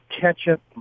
ketchup